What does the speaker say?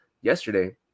yesterday